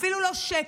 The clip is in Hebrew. אפילו לא שקל.